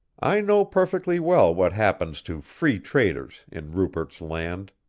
i know perfectly well what happens to free traders in rupert's land.